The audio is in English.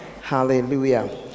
hallelujah